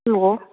hello